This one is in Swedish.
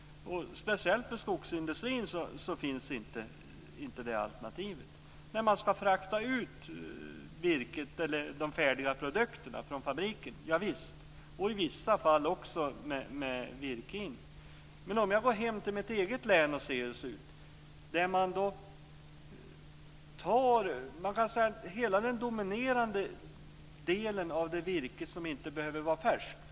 Speciellt för skogsindustrin finns inte det alternativet. Visst gäller det när man ska frakta ut de färdiga produkterna från fabriken, och i vissa fall också när virket ska in. Jag kan gå till mitt eget län och se hur det ser ut.